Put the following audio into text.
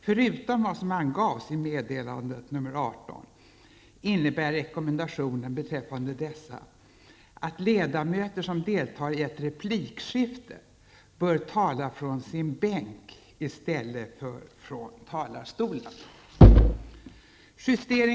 Förutom vad som angavs i meddelande 18 innebär rekommendationen beträffande dessa att ledamöter som deltar i ett replikskifte bör tala från sin bänk i stället för från talarstolen.